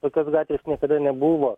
tokios gatvės niekada nebuvo